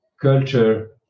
culture